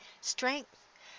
strength